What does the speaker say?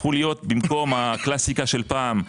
והפכו להיות במקום הקלאסיקה של פעם,